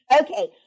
Okay